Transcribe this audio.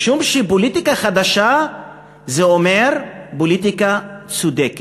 משום שפוליטיקה חדשה זה אומר פוליטיקה צודקת,